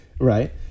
Right